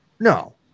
No